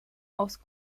aus